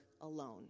alone